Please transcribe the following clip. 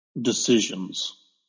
decisions